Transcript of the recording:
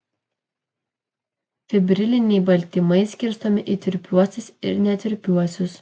fibriliniai baltymai skirstomi į tirpiuosius ir netirpiuosius